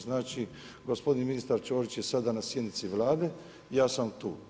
Znači, gospodin ministar Ćorić je sada na sjednici Vlade, ja sam tu.